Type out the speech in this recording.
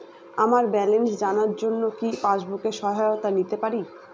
আমার ব্যালেন্স জানার জন্য কি পাসবুকের সহায়তা নিতে পারি?